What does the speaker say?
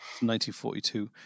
1942